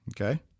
Okay